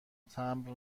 تمبر